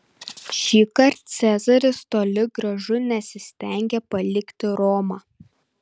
šįkart cezaris toli gražu nesistengė palikti romą